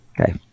Okay